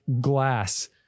glass